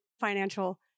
financial